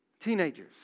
Teenagers